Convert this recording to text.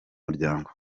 muryango